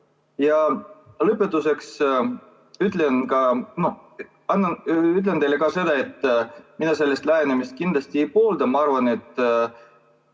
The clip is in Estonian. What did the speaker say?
Lõpetuseks ütlen teile, et mina sellist lähenemist kindlasti ei poolda.